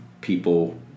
people